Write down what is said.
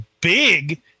big